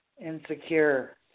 insecure